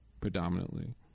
predominantly